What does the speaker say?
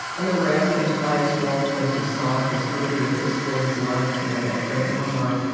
i remember asking tobias wolff, when he saw his movie of this boy's life, you know that great memoir,